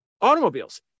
automobiles